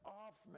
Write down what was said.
off